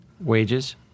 Wages